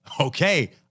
okay